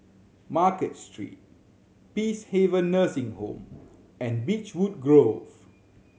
Market Street Peacehaven Nursing Home and Beechwood Grove